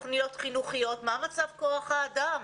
תוכניות חינוכיות מה מצב כוח האדם?